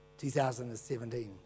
2017